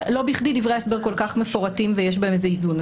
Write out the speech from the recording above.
האלה דברי ההסבר כל כך מפורטים ויש בהם איזה איזון.